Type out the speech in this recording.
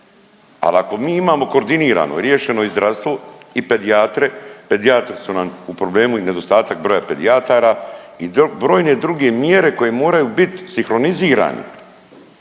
Al ako mi imamo koordinirano riješeno i zdravstvo i pedijatre, pedijatri su nam u problemu i nedostatak broja pedijatara i brojne druge mjere koje moraju bit sinkronizirane.